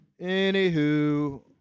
Anywho